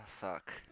fuck